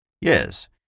Yes